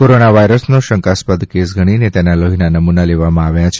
corona વાયરસનો શંકાસ્પદ case ગણીને તેના લોહીના નમૂના લેવામાં આવ્યા છે